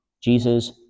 Jesus